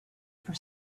for